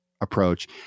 approach